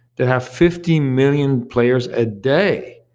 they have fifty million players a day,